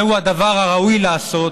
זהו הדבר הראוי לעשות